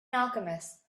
alchemist